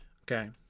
Okay